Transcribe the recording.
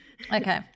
Okay